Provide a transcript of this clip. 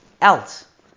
else